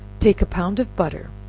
take a pound of butter,